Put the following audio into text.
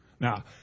Now